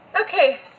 Okay